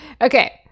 Okay